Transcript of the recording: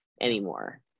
anymore